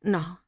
no